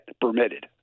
permitted